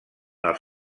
els